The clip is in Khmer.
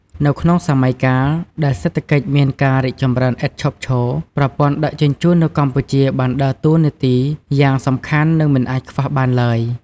នៅក្នុងសម័យកាលដែលសេដ្ឋកិច្ចមានការរីកចម្រើនឥតឈប់ឈរ ប្រព័ន្ធដឹកជញ្ជូននៅកម្ពុជាបានដើរតួនាទីយ៉ាងសំខាន់និងមិនអាចខ្វះបានឡើយ។